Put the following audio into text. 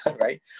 Right